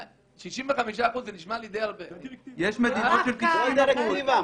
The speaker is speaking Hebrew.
זאת הדירקטיבה האירופית.